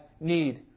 need